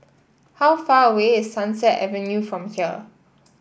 how far away is Sunset Avenue from here